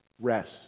rest